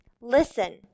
Listen